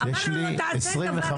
אמרנו לו תעשה דבר אחד.